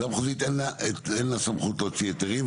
וועדה מחוזית, אין לה סמכות להוציא היתרים.